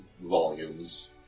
volumes